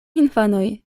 infanoj